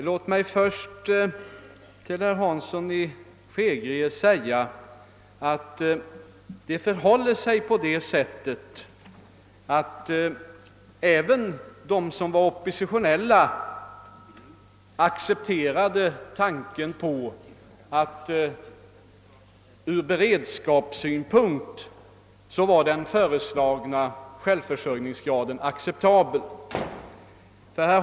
Låt mig först till herr Hansson i Skegrie säga att även de som var oppositionella ansåg att den föreslagna självförsörjningsgraden var acceptabel ur beredskapssynpunkt.